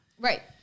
Right